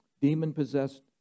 demon-possessed